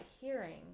hearing